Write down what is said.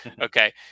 Okay